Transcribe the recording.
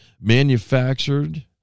manufactured